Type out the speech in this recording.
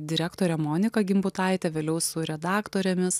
direktore monika gimbutaite vėliau su redaktorėmis